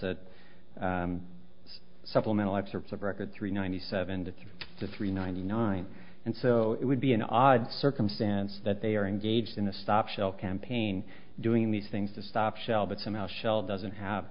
a supplemental excerpts of record three ninety seven to three three ninety nine and so it would be an odd circumstance that they are engaged in a stop shell campaign doing these things to stop shell but somehow shell doesn't have